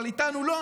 אבל איתנו לא.